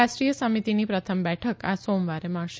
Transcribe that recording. રાષ્ટ્રીય સમિતિની પ્રથમ બેઠક આ સોમવારે મળશે